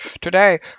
today